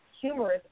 humorous